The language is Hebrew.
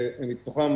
מתוכם,